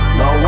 no